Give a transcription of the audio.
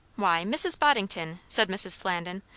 why, mrs. boddington, said mrs. flandin,